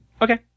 Okay